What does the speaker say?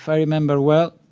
i remember well,